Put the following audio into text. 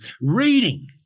Reading